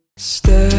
Stay